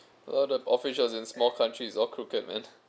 all the officials in small countries is all crooked man